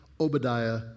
Obadiah